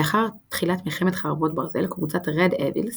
לאחר תחילת מלחמת חרבות ברזל קבוצת Red Evils